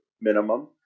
minimum